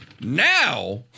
Now